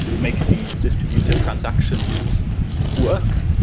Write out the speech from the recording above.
make these distributed transactions work,